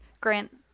Grant